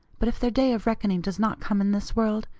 but if their day of reckoning does not come in this world,